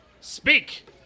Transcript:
Speak